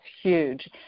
huge